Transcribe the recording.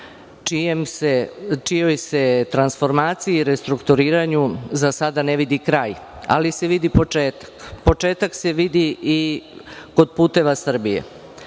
čijoj se transformaciji i restrukturiranju za sada ne vidi kraj, ali se vidi početak. Početak se vidi i kod "Puteva Srbije".Vlada